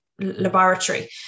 laboratory